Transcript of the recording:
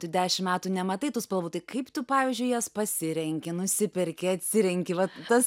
tu dešim metų nematai tų spalvų tai kaip tu pavyzdžiui jas pasirenki nusiperki atsirenki va tas